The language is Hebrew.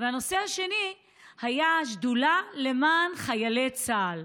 והנושא השני היה השדולה למען חיילי צה"ל.